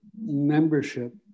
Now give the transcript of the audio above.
membership